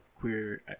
queer